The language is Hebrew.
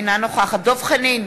אינה נוכחת דב חנין,